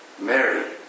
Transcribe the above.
Mary